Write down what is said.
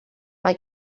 mae